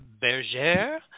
Berger